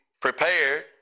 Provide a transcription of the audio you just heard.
prepared